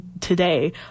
today